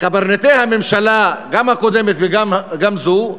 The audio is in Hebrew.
קברניטי הממשלה, גם הקודמת וגם זו,